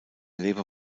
labor